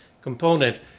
component